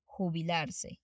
jubilarse